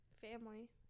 family